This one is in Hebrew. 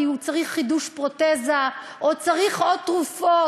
כי הוא צריך חידוש פרוטזה או צריך עוד תרופות,